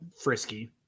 frisky